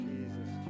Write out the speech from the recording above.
Jesus